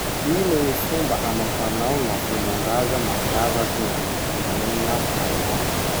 Ino gny fomba amam-panao na fomban-draza mampiavaky gn'any Polonina hainao?